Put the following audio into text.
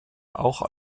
auch